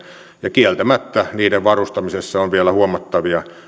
ja kieltämättä niiden varustamisessa on vielä huomattavia